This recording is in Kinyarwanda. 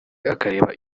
akareba